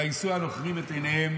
ויישאו הנוכרים את עיניהם